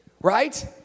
right